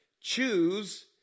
Choose